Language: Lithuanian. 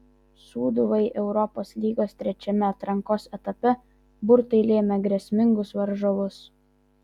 sūduvai europos lygos trečiame atrankos etape burtai lėmė grėsmingus varžovus